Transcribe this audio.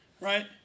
right